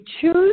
choose